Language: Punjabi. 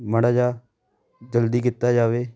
ਮਾੜਾ ਜਿਹਾ ਜਲਦੀ ਕੀਤਾ ਜਾਵੇ